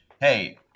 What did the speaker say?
Hey